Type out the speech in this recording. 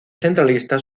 centralista